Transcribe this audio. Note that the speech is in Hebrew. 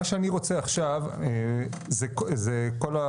מה שאני רוצה עכשיו זה כל,